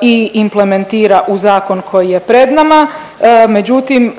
i implementira u zakon koji je pred nama, međutim,